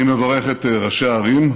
אני מברך את ראשי הערים,